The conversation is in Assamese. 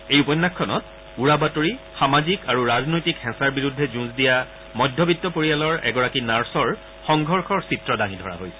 এই উপন্যাসখনত উৰাবাতৰি সামাজিক আৰু ৰাজনৈতিক হেচাৰ বিৰুদ্ধে যুঁজ দিয়া মধ্যবিত্ত পৰিয়ালৰ এগৰাকী নাৰ্ছৰ সংঘৰ্ষৰ চিত্ৰ দাঙি ধৰা হৈছে